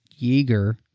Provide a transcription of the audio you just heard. Yeager